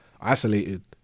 isolated